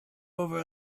over